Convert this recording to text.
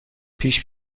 پیش